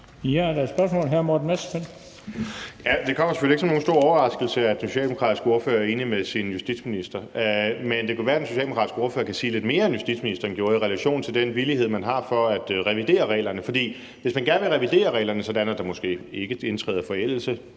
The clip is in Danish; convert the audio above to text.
16:13 Morten Messerschmidt (DF): Det kommer selvfølgelig ikke som nogen stor overraskelse, at den socialdemokratiske ordfører er enig med sin justitsminister, men det kan være, at den socialdemokratiske ordfører kan sige lidt mere, end justitsministeren gjorde, i relation til den villighed, man har til at revidere reglerne. For hvis man gerne vil revidere reglerne, sådan at der måske ikke indtræder forældelse,